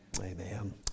Amen